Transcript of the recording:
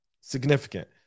significant